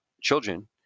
children